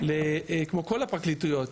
כמו כל הפרקליטויות,